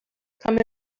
come